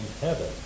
heaven